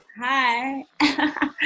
Hi